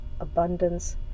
abundance